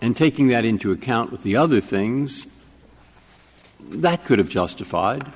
and taking that into account with the other things that could have justified